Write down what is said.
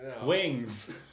Wings